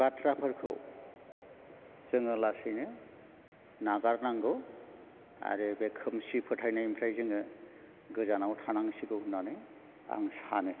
बाथ्राफोरखौ जोङो लासैनो नागारनांगौ आरो बे खोमसि फोथायनायनिफ्राय जोङो गोजानआव थानांसिगौ होननानै आं सानो